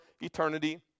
eternity